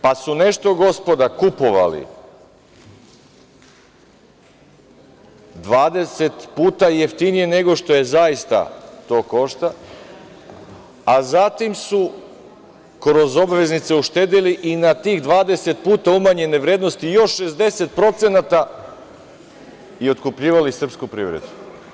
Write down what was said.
Pa su nešto gospoda kupovali 20 puta jeftinije nego što zaista to košta, a zatim su kroz obveznice uštedeli i na tih 20 puta umanjene vrednosti još 60% i otkupljivali srpsku privredu.